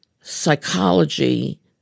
psychology